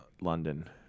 London